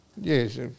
Yes